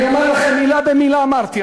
אני אומר לכם, מילה במילה אמרתי.